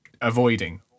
avoiding